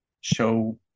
show